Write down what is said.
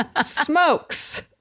smokes